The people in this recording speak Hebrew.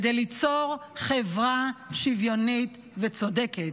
כדי ליצור חברה שוויונית וצודקת.